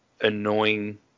annoying